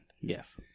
Yes